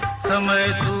summit